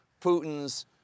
Putin's